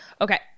Okay